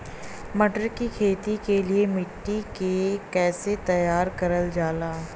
मटर की खेती के लिए मिट्टी के कैसे तैयार करल जाला?